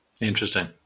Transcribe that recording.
Interesting